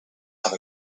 have